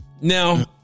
Now